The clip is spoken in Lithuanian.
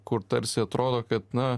kur tarsi atrodo kad na